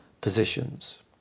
positions